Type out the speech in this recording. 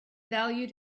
valued